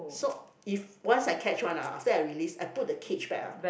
so if once I catch one ah after that I release I put the cage back ah